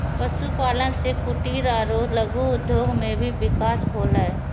पशुपालन से कुटिर आरु लघु उद्योग मे भी बिकास होलै